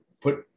put